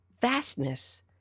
vastness